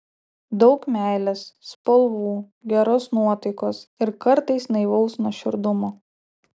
daug meilės spalvų geros nuotaikos ir kartais naivaus nuoširdumo